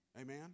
Amen